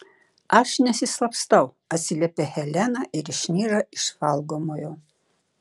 aš nesislapstau atsiliepia helena ir išnyra iš valgomojo